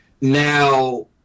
Now